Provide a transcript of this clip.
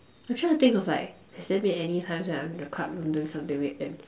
I'm trying to think of like has there been any times where I'm in the club doing doing something weird and